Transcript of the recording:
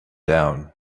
down